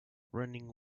running